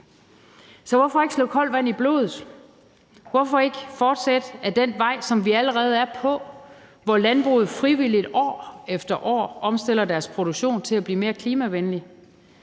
Så hvorfor ikke slå koldt vand i blodet? Hvorfor ikke fortsætte ad den vej, som vi allerede er på, hvor landbruget frivilligt år efter år omstiller sin produktion til at blive mere klimavenlig?